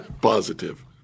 Positive